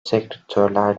sektörler